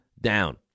down